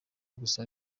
gusa